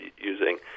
using